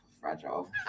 fragile